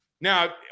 Now